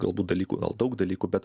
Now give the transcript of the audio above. galbūt dalykų gal daug dalykų bet